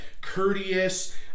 courteous